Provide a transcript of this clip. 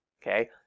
Okay